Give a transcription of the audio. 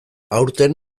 aurten